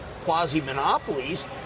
quasi-monopolies